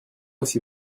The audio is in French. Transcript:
aussi